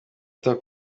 cyo